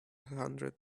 hundred